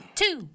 two